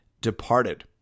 departed